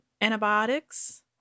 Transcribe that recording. antibiotics